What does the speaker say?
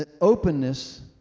openness